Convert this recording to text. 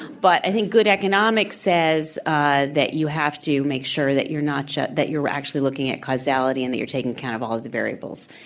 but i think good economics says ah that you have to make sure that you're not that you're actually looking at causality and that you're taking account of all of the variables.